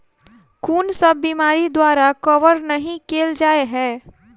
कुन सब बीमारि द्वारा कवर नहि केल जाय है?